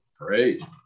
Great